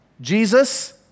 Jesus